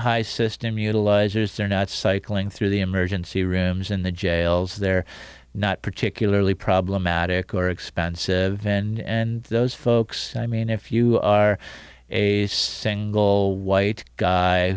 high system utilizers they're not cycling through the emergency rooms in the jails they're not particularly problematic or expensive and those folks i mean if you are a single white guy